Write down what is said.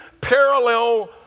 parallel